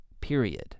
period